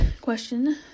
question